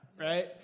Right